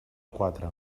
quatre